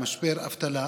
במשבר אבטלה,